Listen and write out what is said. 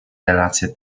relacje